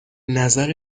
نظر